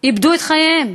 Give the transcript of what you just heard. איבדו את חייהם,